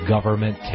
Government